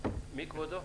מי כבודו?